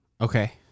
Okay